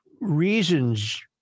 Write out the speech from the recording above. reasons